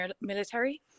military